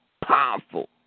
powerful